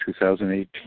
2018